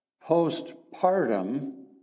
post-partum